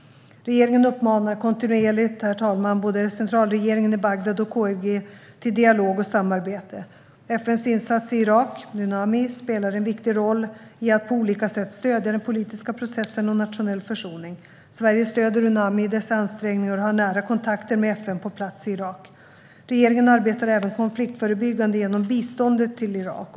Regeringen uppmanar kontinuerligt både centralregeringen i Bagdad och KRG till dialog och samarbete. FN:s insats i Irak, Unami, spelar en viktig roll i att på olika sätt stödja den politiska processen och nationell försoning. Sverige stöder Unami i dessa ansträngningar och har nära kontakter med FN på plats i Irak. Regeringen arbetar även konfliktförebyggande genom biståndet till Irak.